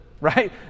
right